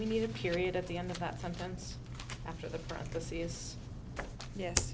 we need a period at the end of that sometimes after the prophecy is yes